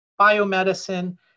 biomedicine